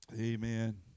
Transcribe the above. amen